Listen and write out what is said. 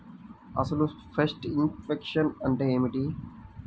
అసలు pest infection అంటే ఏమిటి?